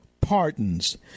pardons